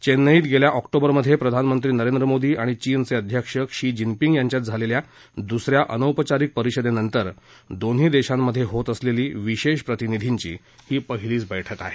चेन्नईत गेल्या ऑक्टोबरमध्ये प्रधानमंत्री नरेंद्र मोदी आणि चीनचे अध्यक्ष क्षी जीनपिंग यांच्यात झालेल्या दुसऱ्या अनौपचारिक परिषदेनंतर दोन्ही देशांमध्ये होत असलेली विशेष प्रतिनिधींची ही पहिलीच बैठक आहे